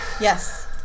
Yes